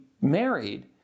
married